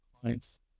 clients